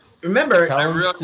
remember